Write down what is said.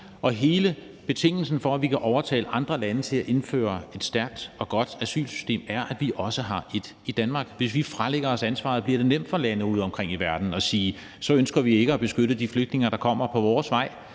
Hele betingelsen for, at vi kan overtale andre lande til at indføre et stærkt og godt asylsystem, er, at vi også har et i Danmark. Hvis vi fralægger os ansvaret, bliver det nemt for lande udeomkring i verden at sige, at de så ikke ønsker at beskytte de flygtninge, der kommer deres vej,